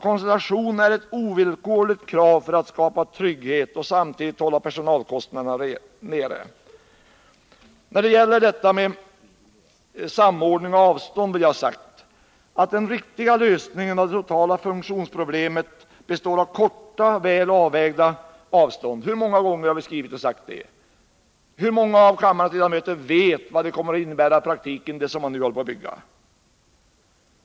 Koncentration är ett ovillkorligt krav för att skapa trygghet för verksamheten och samtidigt hålla personalkostnaderna nere. När det gäller frågorna om samordning och avstånd vill jag ha sagt att den riktiga lösningen på det totala funktionsproblemet är korta, väl avvägda avstånd. Hur många gånger har vi inte skrivit och sagt det! Men hur många av kammarens ledamöter vet vad det som nu håller på att byggas kommer att innebära i praktiken?